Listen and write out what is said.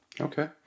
Okay